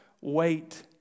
wait